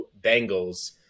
Bengals